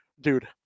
dude